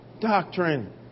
doctrine